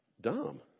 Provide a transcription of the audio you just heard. dumb